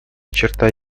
черта